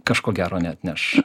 kažko gero neatneš